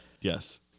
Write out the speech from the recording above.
Yes